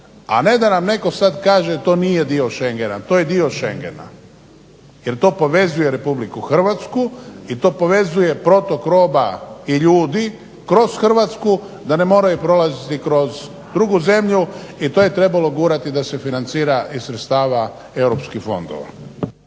a ne da nam sada netko kaže to nije dio šengena. To je dio šengena, jer to povezuje RH i to povezuje protok roba i ljudi kroz Hrvatsku da ne moraju prolaziti kroz drugu zemlju i to je trebalo gurati da se financira iz sredstava europskih fondova.